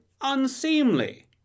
unseemly